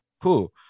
Cool